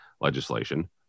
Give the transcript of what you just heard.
legislation